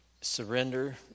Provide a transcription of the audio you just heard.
surrender